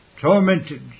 Tormented